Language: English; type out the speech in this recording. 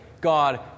God